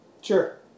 Sure